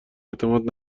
اعتماد